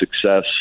success